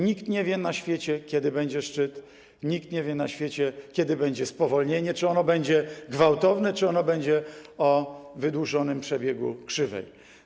Nikt na świecie nie wie, kiedy będzie szczyt, nikt na świecie nie wie, kiedy będzie spowolnienie, czy ono będzie gwałtowne, czy ono będzie o wydłużonym przebiegu krzywej.